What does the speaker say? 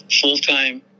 full-time